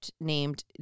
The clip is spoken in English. named